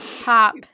pop